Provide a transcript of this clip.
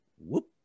Whoop